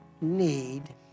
need